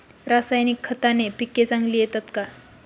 रासायनिक खताने पिके चांगली येतात का?